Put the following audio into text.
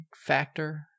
factor